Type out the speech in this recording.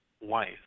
wife